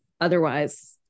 Otherwise